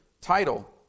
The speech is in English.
title